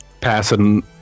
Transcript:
passing